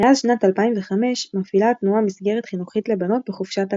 מאז שנת 2005 מפעילה התנועה מסגרת חינוכית לבנות בחופשת הקיץ.